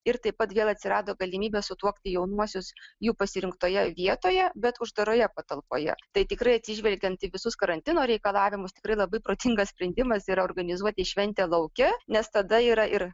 ir taip pat vėl atsirado galimybė sutuokti jaunuosius jų pasirinktoje vietoje bet uždaroje patalpoje tai tikrai atsižvelgiant į visus karantino reikalavimus tikrai labai protingas sprendimas yra organizuoti šventę lauke nes tada yra ir